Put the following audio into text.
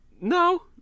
No